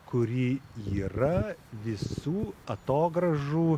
kuri yra visų atogrąžų